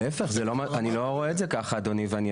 להפך, אני לא רואה את זה ככה, אדוני.